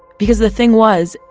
because the thing was,